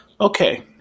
Okay